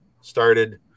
started